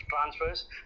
transfers